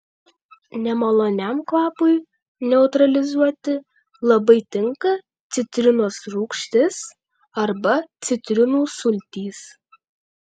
nemaloniam kvapui neutralizuoti labai tinka citrinos rūgštis arba citrinų sultys